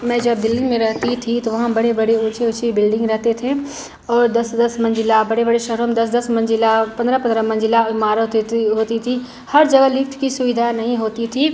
मैं जब दिल्ली में रहती थी तो वहाँ बड़े बड़े ऊँची ऊँची बिल्डिंग रहती थी और दस दस मंज़िला बड़े बड़े शहरों में दस दस मंज़िला पन्द्रह पन्द्रह मंज़िला इमारतें थी होती थीं हर जगह लिफ़्ट की सुविधा नहीं होती थी